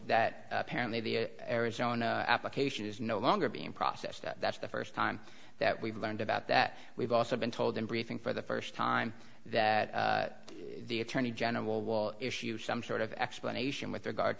that apparently the arizona application is no longer being processed that's the first time that we've learned about that we've also been told in briefing for the first time that the attorney general will issue some sort of explanation with regard